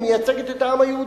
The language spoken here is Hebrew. היא מייצגת את העם היהודי.